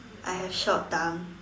I have short tongue